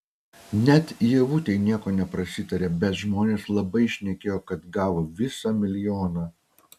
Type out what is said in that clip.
net ievutei nieko neprasitarė bet žmonės labai šnekėjo kad gavo visą milijoną